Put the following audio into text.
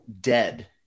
dead